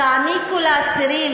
תעניקו לאסירים